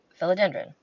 philodendron